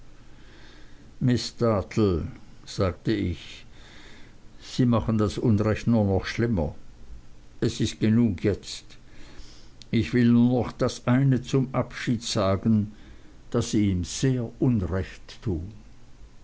miß dartle sagte ich sie machen das unrecht nur noch schlimmer es ist genug jetzt ich will nur noch das eine zum abschied sagen daß sie ihm sehr unrecht tun